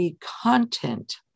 content